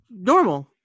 normal